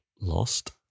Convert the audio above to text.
lost